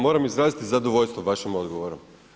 Moram izraziti zadovoljstvo vašim odgovorom.